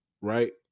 Right